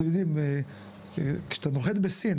אתם יודעים כשאתה נוחת בסין,